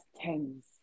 tens